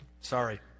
Sorry